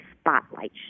spotlight